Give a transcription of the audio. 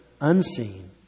unseen